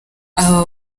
aba